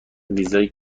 ویزای